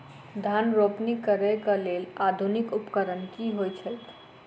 धान रोपनी करै कऽ लेल आधुनिक उपकरण की होइ छथि?